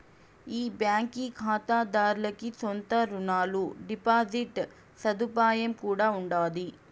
ఈ బాంకీ కాతాదార్లకి సొంత రునాలు, డిపాజిట్ సదుపాయం కూడా ఉండాది